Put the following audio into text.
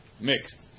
mixed